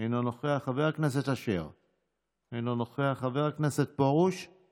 הממשלה שמה דבר אחד: לרמוס כל דבר